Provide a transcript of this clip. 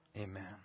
Amen